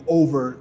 over